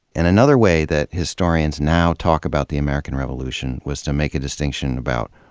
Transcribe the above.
and another way that historians now talk about the american revolution was to make a distinction about,